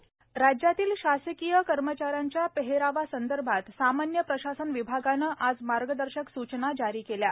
पेहराव सूचना राज्यातील शासकीय कर्मचाऱ्यांच्या पेहरावासंदर्भात सामान्य प्रशासन विभागानं आज मार्गदर्शक सूचना जारी केल्या आहेत